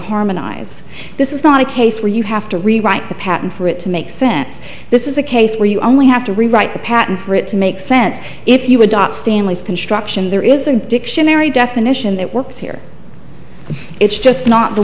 harmonize this is not a case where you have to rewrite the patent for it to make sense this is a case where you only have to rewrite the patent for it to make sense if you adopt stanley's construction there is a dictionary definition that works here it's just not the